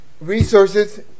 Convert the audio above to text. resources